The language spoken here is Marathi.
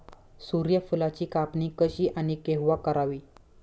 सूर्यफुलाची कापणी कशी आणि केव्हा करावी?